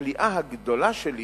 הפליאה הגדולה שלי